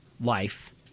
life